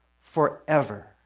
forever